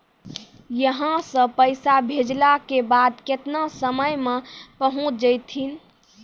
यहां सा पैसा भेजलो के बाद केतना समय मे पहुंच जैतीन?